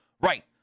right